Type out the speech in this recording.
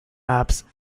apse